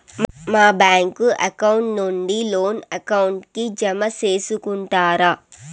మా bank account నుండి loan account కి జామ సేసుకుంటారా?